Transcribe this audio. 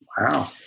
Wow